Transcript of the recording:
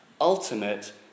ultimate